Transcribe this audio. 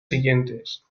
siguientes